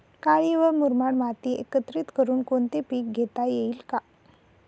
काळी व मुरमाड माती एकत्रित करुन कोणते पीक घेता येईल का?